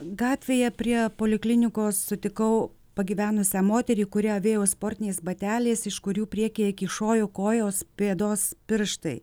gatvėje prie poliklinikos sutikau pagyvenusią moterį kuri avėjo sportiniais bateliais iš kurių priekyje kyšojo kojos pėdos pirštai